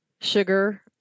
Sugar